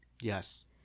Yes